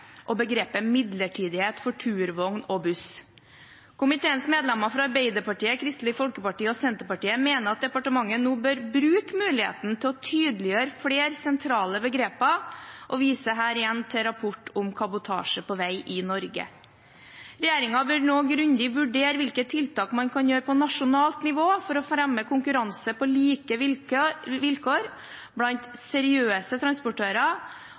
og begrepet midlertidighet for turvogn og buss. Komiteens medlemmer fra Arbeiderpartiet, Kristelig Folkeparti og Senterpartiet mener at departementet nå bør bruke muligheten til å tydeliggjøre flere sentrale begreper, og jeg viser her igjen til «Rapport om kabotasje på veg i Norge». Regjeringen vil nå grundig vurdere hvilke tiltak man kan gjøre på nasjonalt nivå for å fremme konkurranse på like vilkår blant seriøse